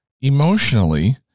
emotionally